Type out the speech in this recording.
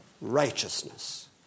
righteousness